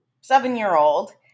seven-year-old